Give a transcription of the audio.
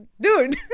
Dude